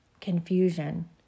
Confusion